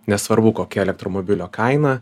nesvarbu kokia elektromobilio kaina